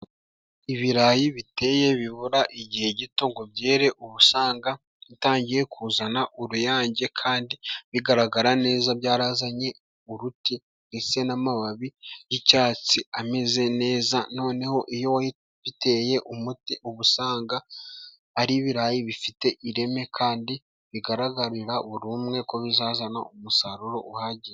Ibirayi biteye bibura igihe gito ngo byere, uba usanga utangiye kuzana uruyange kandi bigaragara neza byarazanye uruti ndetse n'amababi g'icyatsi ameze neza, noneho iyo biteye umuti uba usanga ari ibirayi bifite ireme kandi bigaragarira buri umwe ko bizazana umusaruro uhagije.